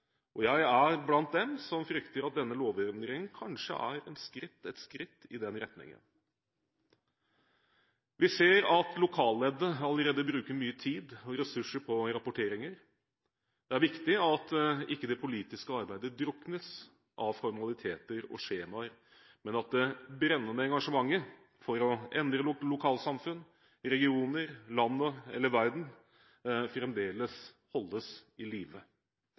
poltikken. Jeg er blant dem som frykter at denne lovendringen kanskje er et skritt i den retningen. Vi ser at lokalleddet allerede bruker mye tid og ressurser på rapporteringer. Det er viktig at ikke det politiske arbeidet druknes av formaliteter og skjemaer, men at det brennende engasjementet for å endre lokalsamfunn, regioner, landet eller verden, fremdeles holdes i